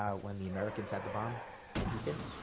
um when the americans had the bomb and he didn't.